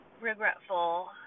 regretful